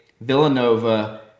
Villanova